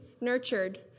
nurtured